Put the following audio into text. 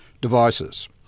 devices